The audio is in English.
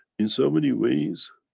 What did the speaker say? in so many ways,